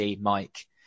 Mike